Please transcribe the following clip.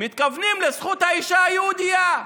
מתכוונים לזכות האישה היהודייה.